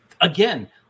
again